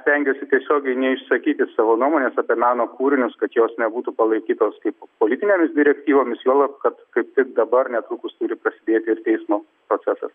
stengiuosi tiesiogiai neišsakyti savo nuomonės apie meno kūrinius kad jos nebūtų palaikytos kaip politinėmis direktyvomis juolab kad kaip tik dabar netrukus turi prasidėti ir teismo procesas